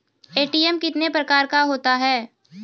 ATM कितने प्रकार का होता हैं?